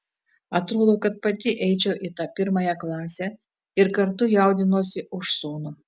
atrodo kad pati eičiau į tą pirmąją klasę ir kartu jaudinuosi už sūnų